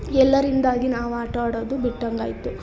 ಎಲ್ಲರಿಂದಾಗಿ ನಾವು ಆಟಾಡೋದು ಬಿಟ್ಟಂಗೆ ಆಯಿತು